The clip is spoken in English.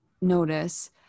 notice